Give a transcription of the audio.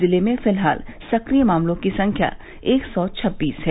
जिले में फिलहाल सक्रिय मामलों की संख्या एक सौ छब्बीस है